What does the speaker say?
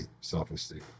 self-esteem